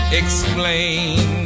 explain